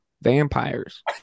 vampires